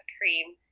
cream